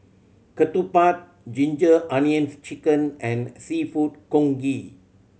ketupat Ginger Onions Chicken and Seafood Congee